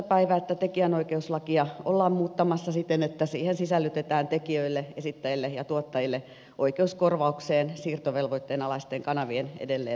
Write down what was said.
päivä että tekijänoikeuslakia ollaan muuttamassa siten että siihen sisällytetään tekijöille esittäjille ja tuottajille oikeus korvaukseen siirtovelvoitteen alaisten kanavien edelleen lähettämisestä